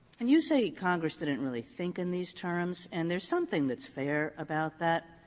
and you say congress didn't really think in these terms. and there's something that's fair about that.